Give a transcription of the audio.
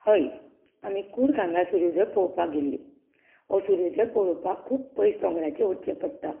हय आमी कूर्ग हांगा सर सुर्योदय पळोवपाक गेल्लीं हो सुर्योदय पळोवपाक खूब पयस दोंगराचेर वचचें पडटा